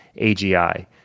AGI